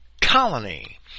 colony